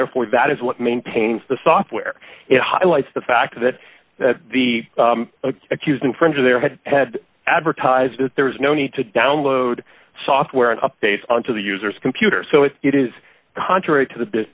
therefore that is what maintains the software it highlights the fact that the accused in front of their head had advertised that there was no need to download software updates on to the user's computer so if it is contrary to the